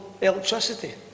electricity